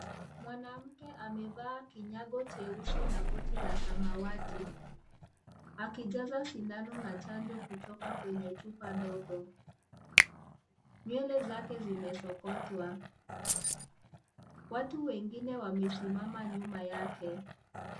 Mwanamke amevaa kinyago cheusi na koti la samawati. Akijaza sindano na chanjo kutoka kwenye chupa ndogo. Nywele zake zimesokotwa. Watu wengine wamesimama nyuma yake.